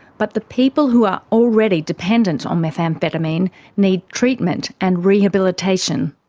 but the people who are already dependent on methamphetamine need treatment and rehabilitation.